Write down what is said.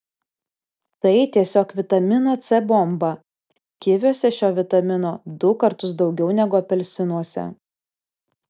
tai tiesiog vitamino c bomba kiviuose šio vitamino du kartus daugiau negu apelsinuose